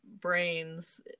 brains